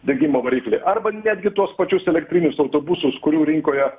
degimo variklį arba netgi tuos pačius elektrinius autobusus kurių rinkoje